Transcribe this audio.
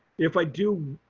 if i do,